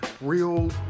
real